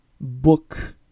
book